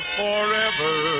forever